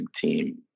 team